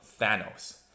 Thanos